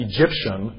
Egyptian